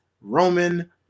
roman